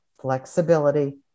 flexibility